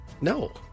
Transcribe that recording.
No